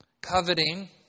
Coveting